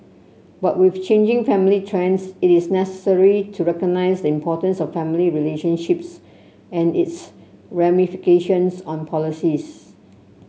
but with changing family trends it is necessary to recognise the importance of family relationships and its ramifications on policies